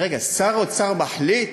אמרתי: רגע, שר האוצר מחליט